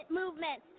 movement